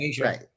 Right